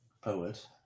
Poet